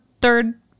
third